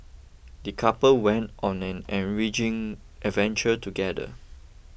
the couple went on an enriching adventure together